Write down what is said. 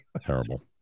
Terrible